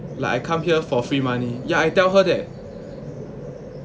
like I come here for free money yeah I tell her that